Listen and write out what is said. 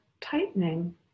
tightening